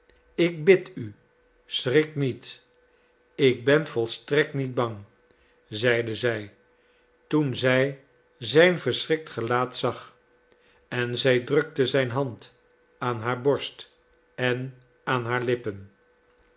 ik bid u schrik niet ik ben volstrekt niet bang zeide zij toen zij zijn verschrikt gelaat zag en zij drukte zijn hand aan haar borst en aan haar lippen